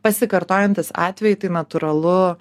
pasikartojantys atvejai tai natūralu